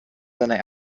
seiner